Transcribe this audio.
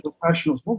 professionals